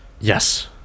Yes